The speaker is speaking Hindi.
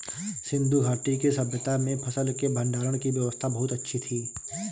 सिंधु घाटी की सभय्ता में फसल के भंडारण की व्यवस्था बहुत अच्छी थी